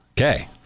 Okay